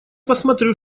посмотрю